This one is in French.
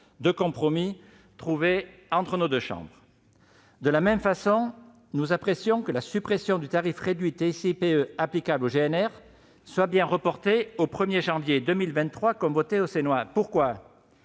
de compromis trouvée entre nos deux chambres. De la même façon, nous apprécions que la suppression du tarif réduit de TICPE applicable au gazole non routier soit bien reportée au 1 janvier 2023, comme votée au Sénat. Nous